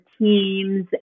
teams